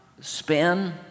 spin